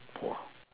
poor